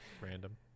random